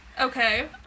Okay